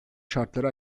şartları